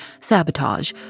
sabotage